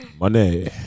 Money